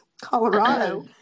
Colorado